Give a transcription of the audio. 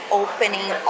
opening